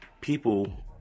people